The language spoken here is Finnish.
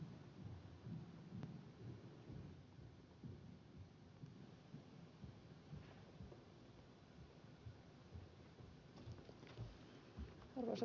arvoisa puhemies